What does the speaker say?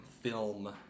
film